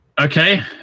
Okay